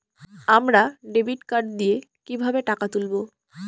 আমরা debit card দিয়ে কিভাবে টাকা তুলবো?